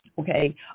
okay